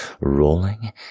Rolling